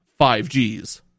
5Gs